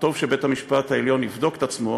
טוב שבית-המשפט העליון יבדוק את עצמו,